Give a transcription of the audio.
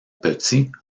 petit